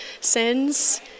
sins